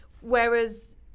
Whereas